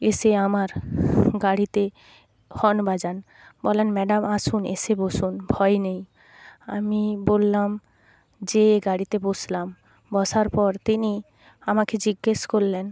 এসে আমার গাড়িতে হর্ন বাজান বলেন ম্যাডাম আসুন এসে বসুন ভয় নেই আমি বললাম যে গাড়িতে বসলাম বসার পর তিনি আমাকে জিজ্ঞেস করলেন